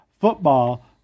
football